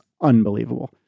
unbelievable